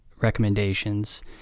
recommendations